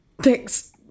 thanks